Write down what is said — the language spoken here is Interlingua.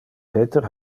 peter